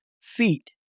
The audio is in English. feet